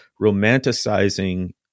romanticizing